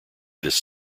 this